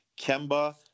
Kemba